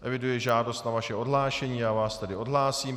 Eviduji žádost na vaše odhlášení, já vás tedy odhlásím.